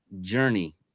journey